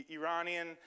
Iranian